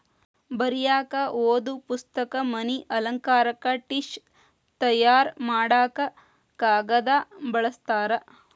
ಬರಿಯಾಕ ಓದು ಪುಸ್ತಕ, ಮನಿ ಅಲಂಕಾರಕ್ಕ ಟಿಷ್ಯು ತಯಾರ ಮಾಡಾಕ ಕಾಗದಾ ಬಳಸ್ತಾರ